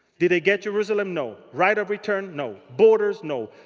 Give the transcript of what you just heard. did they get jerusalem? no. right of return? no. borders? no.